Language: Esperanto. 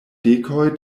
dekoj